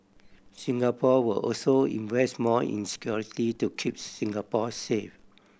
Singapore will also invest more in security to keeps Singapore safe